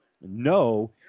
no